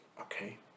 okay